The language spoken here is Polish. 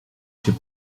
się